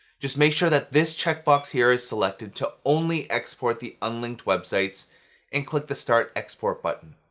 just make sure that this checkbox here is selected to only export the unlinked websites and click the start export button.